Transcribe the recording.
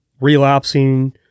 relapsing